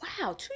Wow